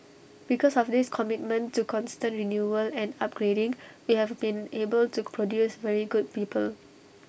because of this commitment to constant renewal and upgrading we have been able to produce very good people